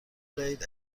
بدهید